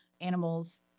animals